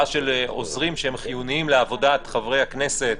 עוזרים שהם חיוניים לעבודת חברי הכנסת,